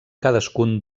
cadascun